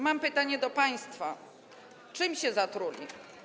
Mam pytanie do państwa: Czym się zatruły?